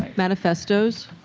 manifestos.